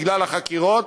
בגלל החקירות.